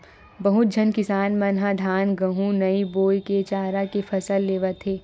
बहुत झन किसान मन ह धान, गहूँ नइ बो के चारा के फसल लेवत हे